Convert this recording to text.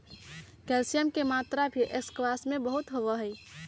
calcium के मात्रा भी स्क्वाश में बहुत होबा हई